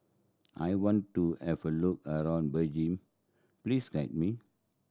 I want to have a look around Beijing please guide me